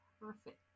perfect